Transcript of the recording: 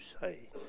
say